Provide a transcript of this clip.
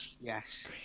Yes